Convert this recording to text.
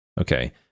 okay